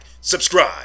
subscribe